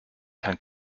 kann